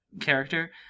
character